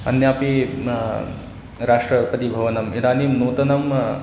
अन्यापि राष्ट्रपतिभवनम् इदानीं नूतनम्